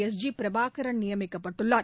S G Prabhakaran நியமிக்கப்பட்டுள்ளார்